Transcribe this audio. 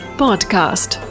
podcast